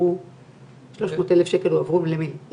300,000 שקל הועברו למי?